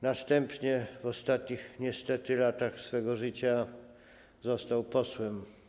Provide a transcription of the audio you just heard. Następnie, w ostatnich - niestety - latach swego życia został posłem.